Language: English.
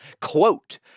quote